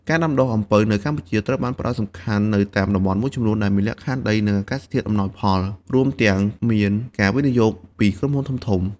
ការដាំដុះអំពៅនៅកម្ពុជាត្រូវបានផ្តោតសំខាន់នៅតាមតំបន់មួយចំនួន ដែលមានលក្ខខណ្ឌដី និងអាកាសធាតុអំណោយផល រួមទាំងមានការវិនិយោគពីក្រុមហ៊ុនធំៗ។